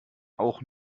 auch